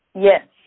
Yes